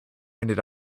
ended